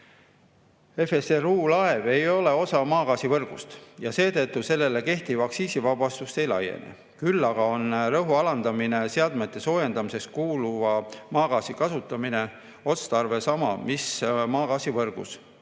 FSRU-laev ei ole osa maagaasivõrgust ja seetõttu sellele kehtiv aktsiisivabastus ei laiene. Küll aga on rõhu alandamisel seadmete soojendamiseks kuluva maagaasi kasutamise otstarve sama mis maagaasivõrgus.